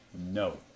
No